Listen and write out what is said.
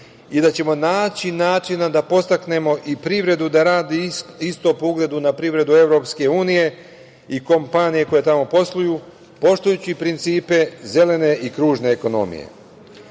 i da ćemo naći načina da podstaknemo i privredu da radi isto po ugledu na privredu EU i kompanija koje tamo posluju, poštujući principe zelene i kružne ekonomije.U